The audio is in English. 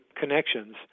connections